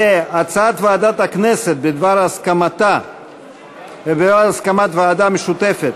והצעת ועדת הכנסת בדבר הקמת ועדה משותפת